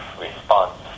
response